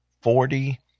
forty